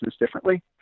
differently